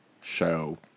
show